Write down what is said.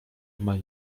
omal